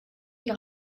die